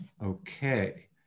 Okay